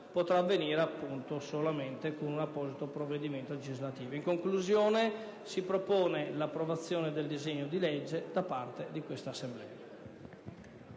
potrà avvenire solo con l'approvazione di un apposito provvedimento legislativo. In conclusione, si propone l'approvazione del disegno di legge da parte dell'Assemblea.